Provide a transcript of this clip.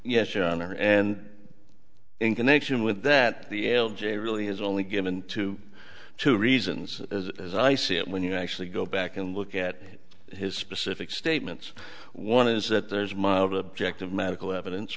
yes your honor and in connection with that the l j really is only given to two reasons as i see it when you actually go back and look at his specific statements one is that there is mild objective medical evidence